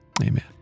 amen